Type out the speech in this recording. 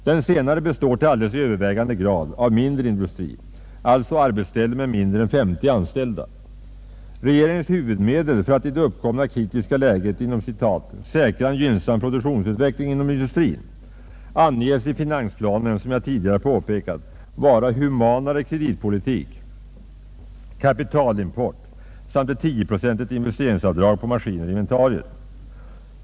Den senare består till alldeles övervägande del av mindre industri, alltså arbetsställen med mindre än 50 anställda. Regeringens huvudmedel för att i det uppkomna kritiska läget ”säkra en gynnsam produktionsutveckling inom industrin” anges i finansplanen som jag tidigare påpekat vara humanare kreditpolitik, kapitalimport samt ett 10-procentigt investeringsavdrag på maskiner och inventarier.